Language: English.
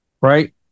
right